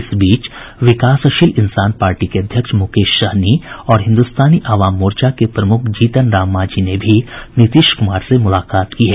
इस बीच विकासशील इंसान पार्टी के अध्यक्ष मुकेश सहनी और हिन्दुस्तानी आवाम मोर्चा के प्रमुख जीतन राम मांझी ने भी नीतीश कुमार से मुलाकात की है